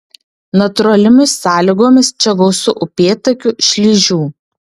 natūraliomis sąlygomis čia gausu upėtakių šlyžių